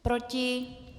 Proti?